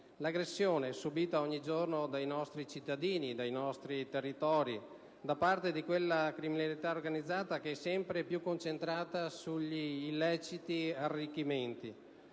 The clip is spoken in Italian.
l'aggressione subita ogni giorno dai nostri cittadini e dai territori da parte di quella criminalità organizzata che è sempre più concentrata sugli illeciti arricchimenti.